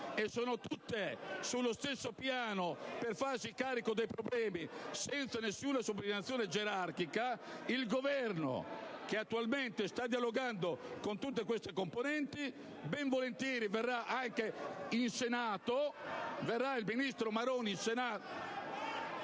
e Stato, tutti sullo stesso piano per farsi carico dei problemi senza alcuna subordinazione gerarchica, il Governo, che attualmente sta dialogando con tutte queste componenti, ben volentieri verrà anche in Senato. Verrà il ministro Maroni...